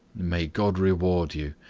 may god reward you!